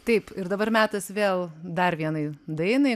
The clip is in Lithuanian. taip ir dabar metas vėl dar vienai dainai